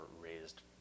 raised